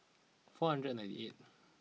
four hundred and ninety eight